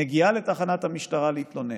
מגיעה לתחנת המשטרה להתלונן,